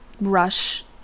rush